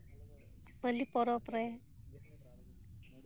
ᱯᱟᱞᱤ ᱯᱚᱨᱚᱵ ᱨᱮ